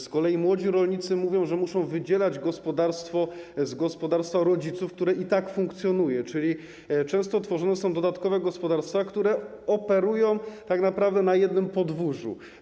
Z kolei młodzi rolnicy mówią, że muszą wydzielać gospodarstwo z gospodarstwa rodziców, które i tak funkcjonuje, czyli często tworzone są dodatkowe gospodarstwa, które operują tak naprawdę na jednym podwórzu.